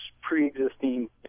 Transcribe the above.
pre-existing